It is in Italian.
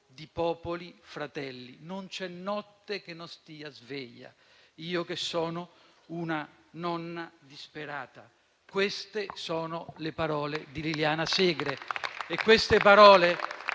di popoli fratelli; non c'è notte che non stia sveglia, io che sono una nonna disperata»: queste sono le parole di Liliana Segre.